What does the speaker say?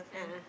a'ah